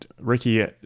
Ricky